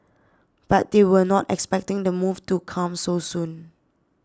but they were not expecting the move to come so soon